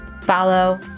follow